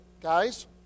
guys